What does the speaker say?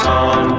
on